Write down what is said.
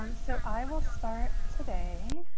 um so i will start today.